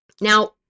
now